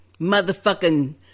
motherfucking